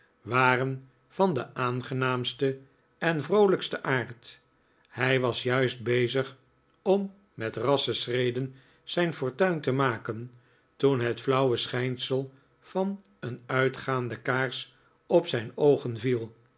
waren van den aangenaamsten en vroolijksten aard hij was juist bezig om met rassche schreden zijn fortuin te maken toen het flauwe schijnsel van een uitgaande kaars op zijn oogen viel